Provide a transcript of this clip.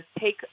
take